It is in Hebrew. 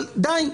אבל די,